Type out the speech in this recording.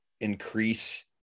increase